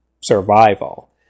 survival